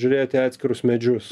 žiūrėt į atskirus medžius